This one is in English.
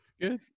Good